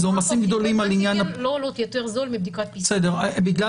בדיקות אנטיגן לא יותר זולות מבדיקת PCR. בגלל